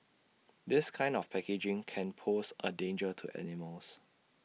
this kind of packaging can pose A danger to animals